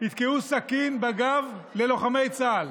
יתקעו סכין בגב ללוחמי צה"ל.